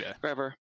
forever